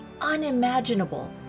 unimaginable